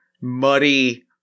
muddy